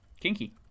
kinky